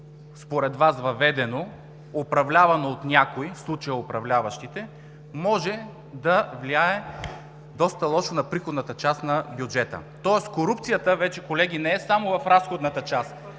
според Вас въведено, управлявано от някой – в случая управляващите, може да влияе доста лошо на приходната част на бюджета. Следователно корупцията, колеги, вече не е само в разходната част,